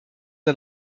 der